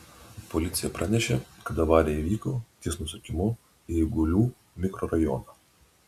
policija pranešė kad avarija įvyko ties nusukimu į eigulių mikrorajoną